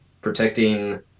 protecting